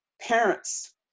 parents